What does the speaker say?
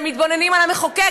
והם מתבוננים על המחוקק,